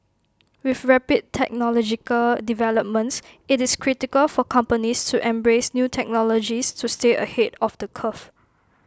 with rapid technological developments IT is critical for companies to embrace new technologies to stay ahead of the curve